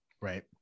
Right